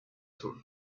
sur